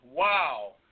Wow